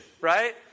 right